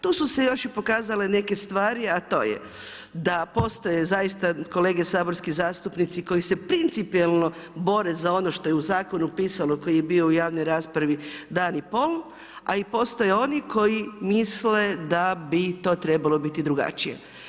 Tu su se još i pokazale neke stvari, a to je da postoje zaista kolege saborski zastupnici koji se principijelno bore za ono što je u zakonu pisano koji je bio u javnoj raspravi dan i pol, a i postoje oni koji misle da bi to trebalo biti drugačije.